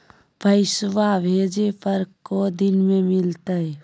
पैसवा भेजे पर को दिन मे मिलतय?